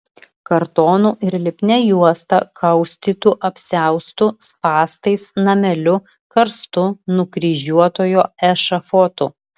kartonu ir lipnia juosta kaustytu apsiaustu spąstais nameliu karstu nukryžiuotojo ešafotu